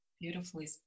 Beautifully